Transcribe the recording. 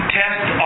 test